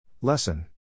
Lesson